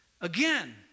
Again